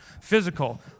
Physical